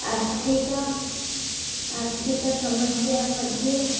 आर्थिक आर्थिकसमस्या मध्ये